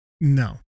No